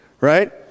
Right